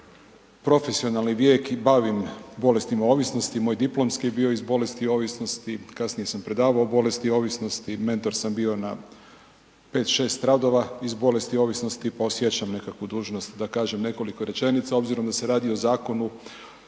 profesionalni vijek i bavim bolestima ovisnosti i moj diplomski bio iz bolesti ovisnosti, kasnije sam predavao o bolesti ovisnosti, mentor sam bio na 5-6 radova iz bolesti ovisnosti, pa osjećam nekakvu dužnost, da kažem nekoliko rečenica, obzirom da se radi o zakonu